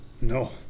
No